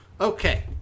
Okay